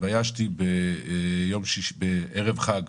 התביישתי בערב חג,